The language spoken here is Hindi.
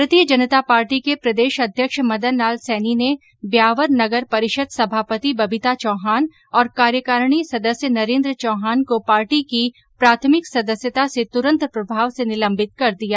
भारतीय जनता पार्टी के प्रदेशाध्यक्ष मदन लाल सैनी ने ब्यावर नगर परिषद सभापति बबीता चौहान और कार्यकारिणी सदस्य नरेन्द्र चौहान को पार्टी की प्राथमिक सदस्यता से तुरंत प्रभाव से निलम्बित कर दिया है